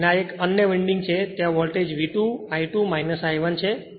અને આ એક અન્ય વિન્ડિંગ છે ત્યાં વોલ્ટેજ V2 I2 I1 છે